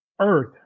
Earth